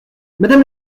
madame